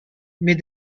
mais